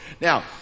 Now